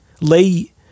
lay